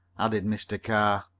added mr. carr.